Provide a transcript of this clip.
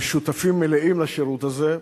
הם שותפים מלאים לשירות הזה,